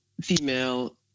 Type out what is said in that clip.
female